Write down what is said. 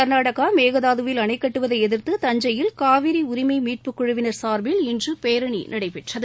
கர்நாடகா மேகதாதுவில் அணைக் கட்டுவதை எதிர்த்து தஞ்சையில் காவிரி உரிமை மீட்புக் குழுவினர் சார்பில் இன்று பேரணி நடைபெற்றது